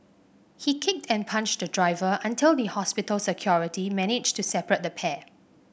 he kicked and punched the driver until the hospital security managed to separate the pair